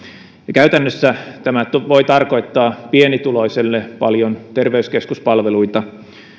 käytännössä tämä voi tarkoittaa pienituloiselle paljon terveyskeskuspalveluita